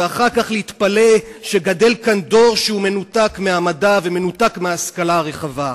ואחר להתפלא שגדל כאן דור מנותק מהמדע ומנותק מההשכלה הרחבה.